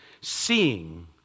seeing